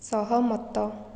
ସହମତ